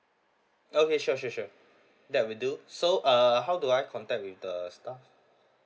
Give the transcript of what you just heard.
okay sure sure sure that will do so err how do I contact with the staff